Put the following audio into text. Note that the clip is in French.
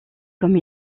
comme